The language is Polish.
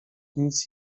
nic